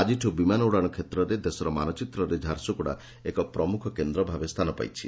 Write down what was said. ଆଜିଠୁ ବିମାନ ଉଡ଼ାଶ କ୍ଷେତ୍ରରେ ଦେଶର ମାନଚିତ୍ରରେ ଝାରସୁଗୁଡ଼ା ଏକ ପ୍ରମୁଖ କେନ୍ଦ୍ ଭାବେ ସ୍ଚାନ ପାଇଛି